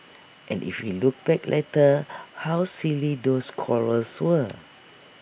and if we look back later how silly those quarrels were